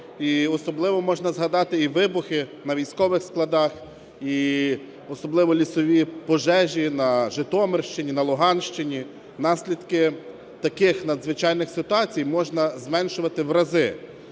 особливо можна згадати і вибухи на військових складах, і особливо лісові пожежі на Житомирщині, на Луганщині. Наслідки таких надзвичайних ситуацій можна зменшувати в рази,